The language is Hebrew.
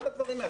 כל הדברים האלה,